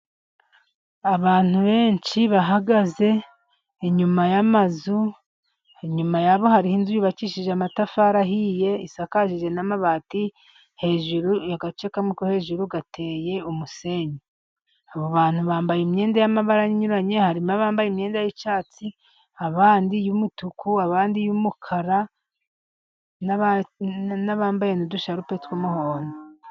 Abantu benshi bahagaze inyuma y'amazu, inyuma hari inzu yubakishije amatafari ahiye isakaje n'amabati hejuru agace kamwe ko hejuru gateye umusenyi, abo bantu bambaye imyenda y'amabara anyuranye harimo abambaye imyenda y'icyatsi abandi yumutuku abandi y'umukara n'bambaye udushyape tw'umuhondo.